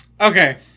Okay